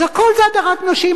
אז הכול זה הדרת נשים.